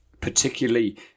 particularly